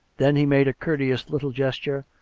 then he made a courteous little gesture,